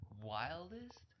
Wildest